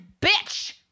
bitch